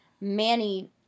Manny